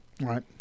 Right